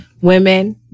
women